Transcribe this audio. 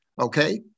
Okay